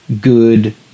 good